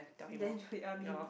then been